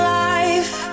life